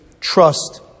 trust